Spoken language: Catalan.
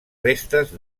restes